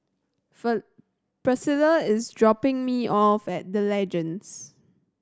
Priscilla is dropping me off at The Legends